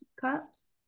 cups